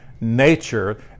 nature